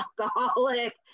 alcoholic